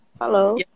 Hello